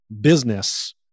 business